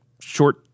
short